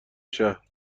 شهر